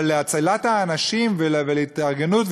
אבל להצלת האנשים ולהתארגנות.